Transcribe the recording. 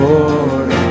Lord